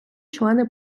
члени